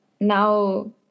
Now